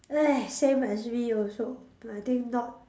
eh same as me also but I think not